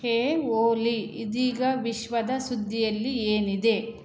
ಹೇ ಓಲಿ ಇದೀಗ ವಿಶ್ವದ ಸುದ್ದಿಯಲ್ಲಿ ಏನಿದೆ